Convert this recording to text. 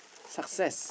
success